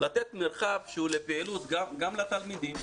לתת מרחב שהוא לפעילות גם לתלמידים.